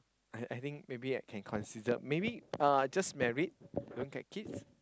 I I think maybe I can consider maybe uh just married don't get kids